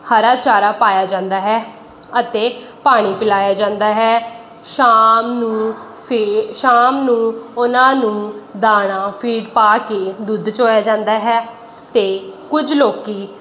ਹਰਾ ਚਾਰਾ ਪਾਇਆ ਜਾਂਦਾ ਹੈ ਅਤੇ ਪਾਣੀ ਪਿਲਾਇਆ ਜਾਂਦਾ ਹੈ ਸ਼ਾਮ ਨੂੰ ਫੇ ਸ਼ਾਮ ਨੂੰ ਉਹਨਾਂ ਨੂੰ ਦਾਣਾ ਫੀਡ ਪਾ ਕੇ ਦੁੱਧ ਚੋਇਆ ਜਾਂਦਾ ਹੈ ਅਤੇ ਕੁਝ ਲੋਕ